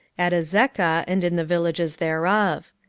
at azekah, and in the villages thereof.